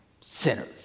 Sinners